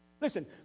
Listen